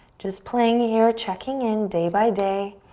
just playing here. checking in day by day.